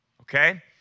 okay